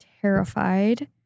terrified